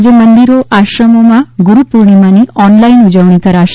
આજે મંદિરો આશ્રમોમાં ગુરૂ પૂર્ણિમાની ઓનલાઇન ઉજવણી કરાશે